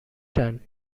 done